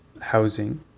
housing